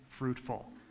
fruitful